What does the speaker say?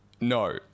no